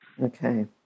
Okay